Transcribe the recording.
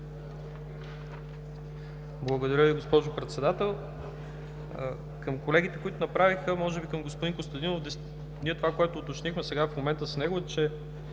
Благодаря Ви, госпожо Председател. Към колегите, които направиха реплики, може би към господин Костадинов – това, което уточнихме в момента с него, е, че